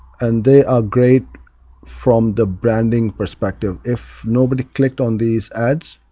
and they are great from the branding perspective. if nobody clicked on these ads,